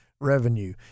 revenue